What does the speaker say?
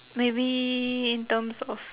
maybe in terms of